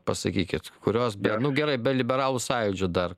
pasakykit kurios nu gerai be liberalų sąjūdžio dar